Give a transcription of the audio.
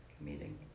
meeting